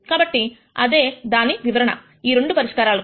కాబట్టి అదే దాని వివరణ ఈ రెండు పరిష్కారాలకు